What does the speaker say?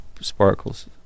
sparkles